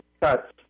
cuts